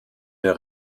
der